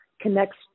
connects